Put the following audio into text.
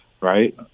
Right